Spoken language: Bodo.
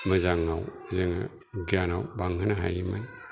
मोजांआव जोङो गियानाव बांहोनो हायोमोन